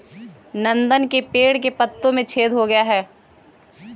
नंदन के पेड़ के पत्तों में छेद हो गया है